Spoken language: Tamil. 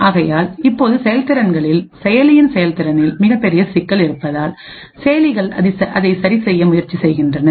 ஆகையால் இப்பொழுது செயலிகளின் செயல்திறனில் மிகப்பெரிய சிக்கல் இருப்பதால் செயலிகள் அதை சரி செய்ய முயற்சி செய்கிறது